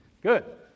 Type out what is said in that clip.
Good